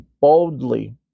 boldly